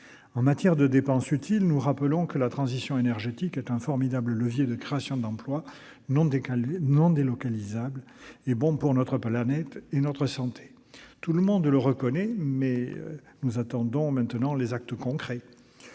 Au titre des dépenses utiles, nous rappelons que la transition énergétique est un formidable levier de création d'emplois non délocalisables et bons pour notre planète et notre santé. Tout le monde le reconnaît, mais nous attendons les actes concrets